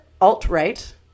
alt-right